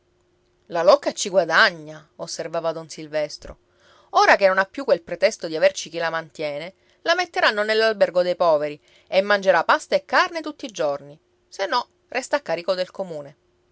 la locca ci guadagna osservava don silvestro ora che non ha più quel pretesto di averci chi la mantiene la metteranno all'albergo dei poveri e mangerà pasta e carne tutti i giorni se no resta a carico del comune